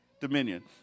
dominion